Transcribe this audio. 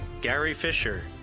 gary fisher,